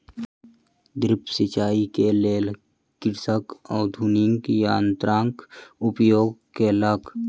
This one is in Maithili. ड्रिप सिचाई के लेल कृषक आधुनिक यंत्रक उपयोग केलक